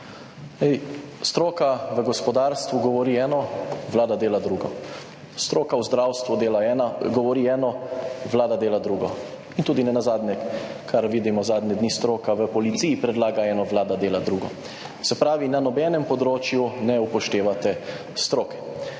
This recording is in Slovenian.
stroka v gospodarstvu govori eno, Vlada dela drugo, stroka v zdravstvu dela ena, govori eno, Vlada dela drugo in tudi nenazadnje, kar vidimo zadnje dni, stroka v policiji predlaga eno, Vlada dela drugo. Se pravi, na nobenem področju ne upoštevate stroke.